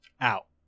out